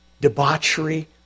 debauchery